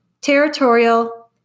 territorial